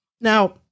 Now